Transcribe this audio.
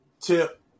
tip